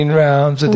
rounds